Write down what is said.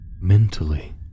mentally